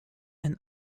and